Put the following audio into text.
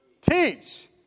Teach